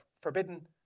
Forbidden